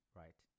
right